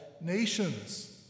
nations